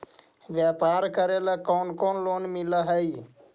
व्यापार करेला कौन कौन लोन मिल हइ?